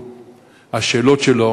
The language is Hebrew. אני חושב שהשאלות שלו,